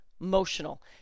emotional